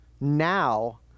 now